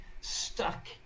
stuck